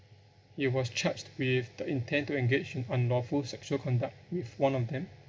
he was charged with the intent to engage in unlawful sexual conduct with one of them